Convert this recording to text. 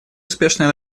успешное